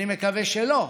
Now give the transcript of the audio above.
חלילה, אני מקווה שלא,